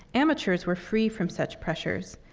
amateurs were free from such pressures.